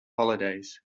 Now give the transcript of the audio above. holidays